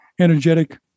energetic